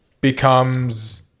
becomes